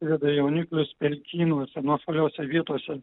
veda jauniklius pelkynuose nuošaliose vietose